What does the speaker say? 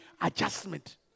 adjustment